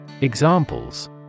Examples